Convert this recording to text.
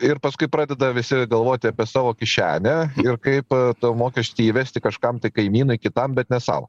ir paskui pradeda visi galvoti apie savo kišenę ir kaip tą mokestį įvesti kažkam tai kaimynui kitam bet ne sau